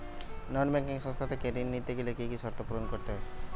নন banking সংস্থা থেকে ঋণ নিতে গেলে কি কি শর্ত পূরণ করতে হয়?